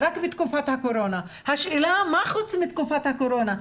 רק בתקופת הקורונה אבל השאלה היא מה קורה שלא בתקופת הקורונה.